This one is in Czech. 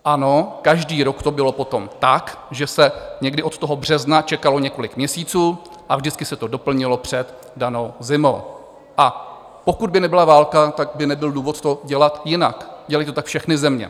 Ano, každý rok to bylo potom tak, že se někdy od března čekalo několik měsíců a vždycky se to doplnilo před danou zimou, a pokud by nebyla válka, tak by nebyl důvod to dělat jinak, dělají to tak všechny země.